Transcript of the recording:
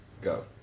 Go